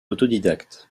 autodidacte